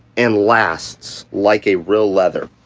and lasts like a real leather.